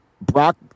Brock